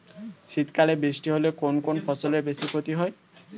শীত কালে বৃষ্টি হলে কোন কোন ফসলের বেশি ক্ষতি হয়?